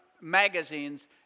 magazines